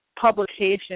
publication